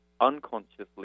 unconsciously